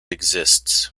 exists